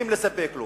ממשיכים לספק לו,